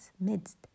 midst